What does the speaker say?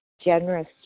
Generous